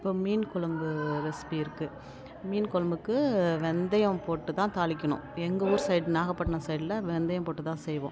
இப்போ மீன் கொழம்பு ரெசிபி இருக்குது மீன் கொழம்புக்கு வெந்தயம் போட்டு தான் தாளிக்கணும் எங்கள் ஊர் சைடு நாகப்பட்டினம் சைடில் வெந்தயம் போட்டு தான் செய்வோம்